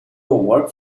work